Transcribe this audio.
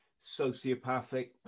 sociopathic